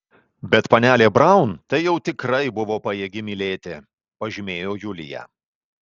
bet panelė braun tai jau tikrai buvo pajėgi mylėti pažymėjo julija